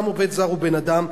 גם עובד זר הוא בן-אדם,